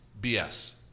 BS